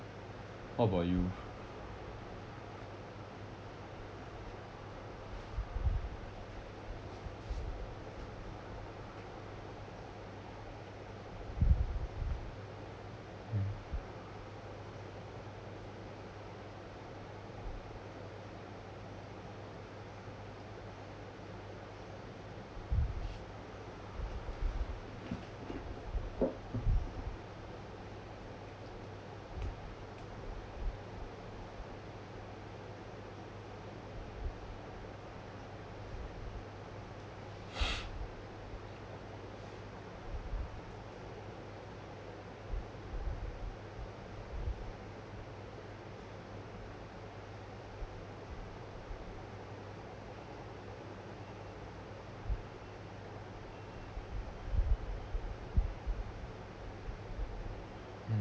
what about you mm mm